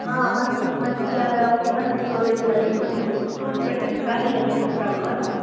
మంచి మంచి కెమెరా ఉండి మంచి స్టోరేజ్ ఉన్నది కొంచెం చూసి పెట్టండి సార్ నేను రేపు వచ్చి కలుస్తాను